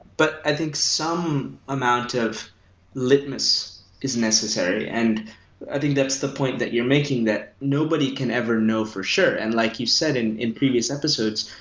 but i think some amount of litmus is necessary and i think that's the point that you're making that nobody can ever know for sure. and like you said in in previous episodes,